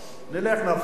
נלך, נעסיק משם.